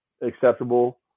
acceptable